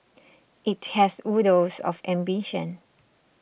it has oodles of ambition